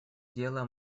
дело